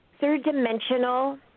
third-dimensional